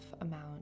amount